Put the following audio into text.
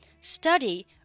Study